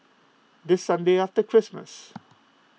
the sunday after Christmas